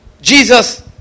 Jesus